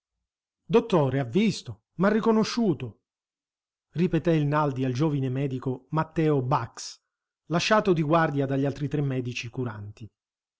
dottore ha visto m'ha riconosciuto ripeté il naldi al giovine medico matteo bax lasciato di guardia dagli altri tre medici curanti